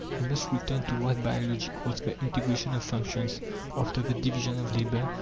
we must return to what biology calls the integration of functions after the division of labour,